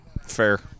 Fair